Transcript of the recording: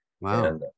wow